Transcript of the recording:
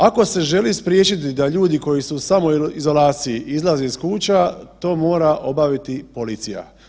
Ako se želi spriječiti da ljudi koji su u samoizolaciji izlaze iz kuća to mora obaviti policija.